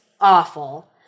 awful